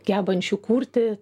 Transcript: gebančių kurti